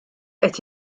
qed